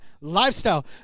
lifestyle